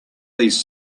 these